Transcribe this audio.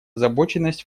озабоченность